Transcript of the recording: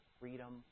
freedom